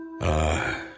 Ah